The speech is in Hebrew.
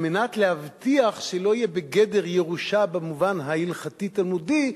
כדי להבטיח שלא יהיה בגדר ירושה במובן ההלכתי-תלמודי,